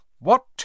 What